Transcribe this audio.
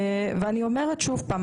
אני אומרת שוב פעם,